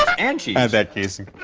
and yeah add that, casey.